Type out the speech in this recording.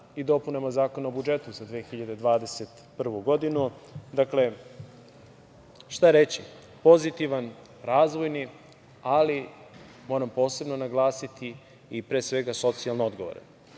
i dopunama Zakona o budžetu za 2021. godinu, šta reći, pozitivan, razvojni, ali moram posebno naglasiti i, pre svega, socijalno odgovoran.